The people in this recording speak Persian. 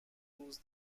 روز